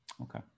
Okay